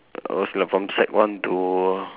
I was like from sec one to